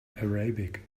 arabic